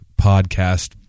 podcast